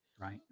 Right